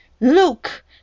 Look